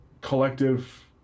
collective